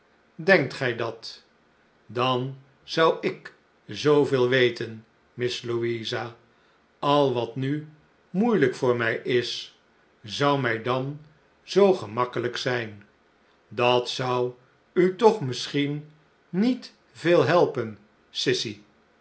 denkt gij dat dan zou ik zooveel weten miss louisa al wat nu moeielijk voor mij is zou mij dan zoo gemakkelijk zijn dat zou u toch misschien niet veel helpen sissy